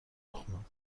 بخونم